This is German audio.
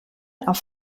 auf